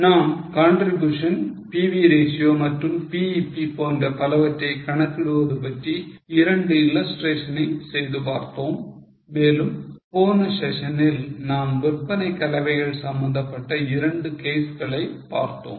நாம் contribution PV ratio மற்றும் BEP போன்ற பலவற்றை கணக்கிடுவது பற்றிய இரண்டு illustrations ஐ செய்து பார்த்தோம் மேலும் போன செஷனில் நாம் விற்பனை கலவைகள் சம்பந்தப்பட்ட இரண்டு case களை பார்த்தோம்